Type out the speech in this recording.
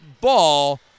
ball